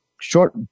short